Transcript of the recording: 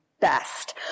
best